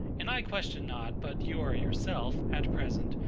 and i question not, but you are yourself, at present,